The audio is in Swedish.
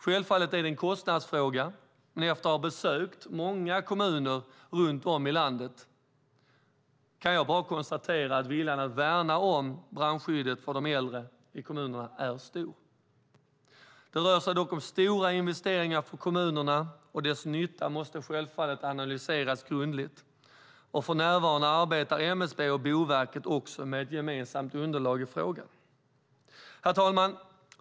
Självfallet är det en kostnadsfråga, men efter att ha besökt många kommuner runt om i landet kan jag konstatera att viljan att värna om brandskyddet för de äldre i kommunerna är stor. Det rör sig dock om stora investeringar för kommunerna, och dess nytta måste självfallet analyseras grundligt. För närvarande arbetar MSB och Boverket med ett gemensamt underlag i frågan. Herr talman!